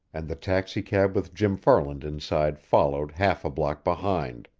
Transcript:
and the taxicab with jim farland inside followed half a block behind.